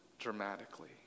dramatically